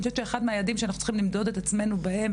אני חושבת שאחד מהיעדים שאנחנו צריכים למדוד את עצמנו בהם,